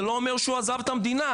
זה לא אומר שהוא עזב את המדינה.